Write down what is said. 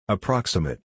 Approximate